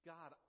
God